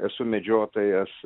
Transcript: esu medžiotojas